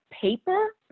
paper